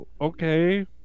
Okay